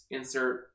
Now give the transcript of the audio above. Insert